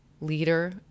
leader